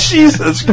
Jesus